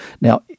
Now